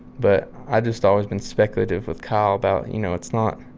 but i've just always been speculative with kyle about, you know, it's not